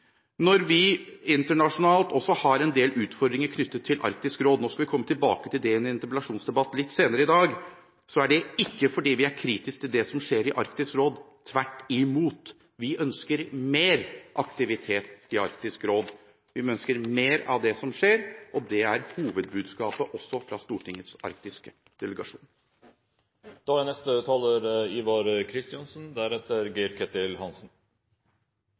Når vi internasjonalt også har en del utfordringer knyttet til Arktisk råd – vi skal komme tilbake til det i en interpellasjonsdebatt litt senere i dag – er ikke det fordi vi er kritiske til det som skjer i Arktisk råd. Tvert imot, vi ønsker mer aktivitet i Arktisk råd. Vi ønsker mer av det som skjer, og det er hovedbudskapet også fra Stortingets arktiske